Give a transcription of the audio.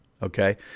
Okay